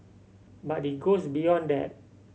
but it goes beyond that